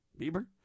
Bieber